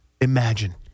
imagine